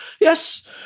yes